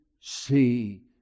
see